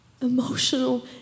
emotional